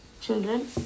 children